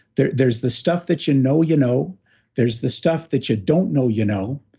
there's there's the stuff that you and know you know there's the stuff that you don't know you know,